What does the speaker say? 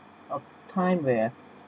of time where